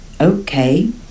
Okay